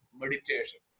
meditation